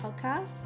podcast